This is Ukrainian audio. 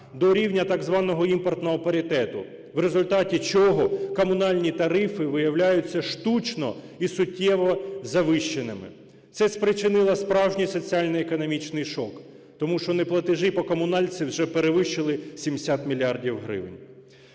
до рівня так званого "імпортного паритету", в результаті чого комунальні тарифи виявляються штучно і суттєво завищеними. Це спричинило справжній соціально-економічний шок, тому що неплатежі по комунальці вже перевищили 70 мільярдів